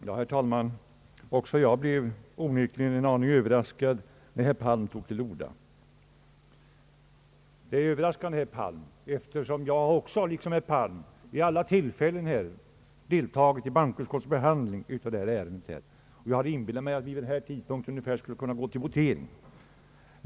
Herr talman! Också jag blev onekligen en aning överraskad när herr Palm tog till orda. Jag blev överraskad, herr Palm, eftersom jag liksom herr Palm vid alla tillfällen har deltagit i hbankoutskottets behandling av detta ärende. Jag hade inbillat mig att vi vid ungefär den här tidpunkten skulle: ha kunnat gå till votering.